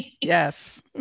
Yes